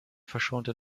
verschonte